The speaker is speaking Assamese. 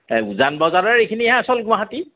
উজান বজাৰৰ এইখিনিহে আচল গুৱাহাটী